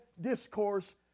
discourse